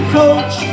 coach